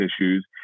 issues